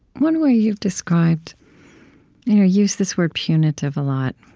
one way you described you use this word punitive a lot,